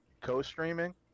Co-streaming